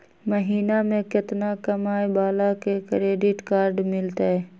महीना में केतना कमाय वाला के क्रेडिट कार्ड मिलतै?